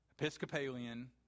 Episcopalian